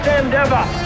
endeavor